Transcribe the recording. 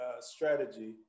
strategy